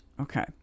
Okay